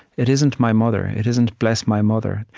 it isn't my mother it isn't bless my mother.